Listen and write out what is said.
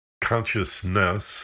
consciousness